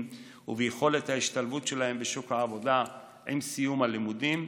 וביכולת ההשתלבות שלהם בשוק העבודה עם סיום הלימודים,